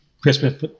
Christmas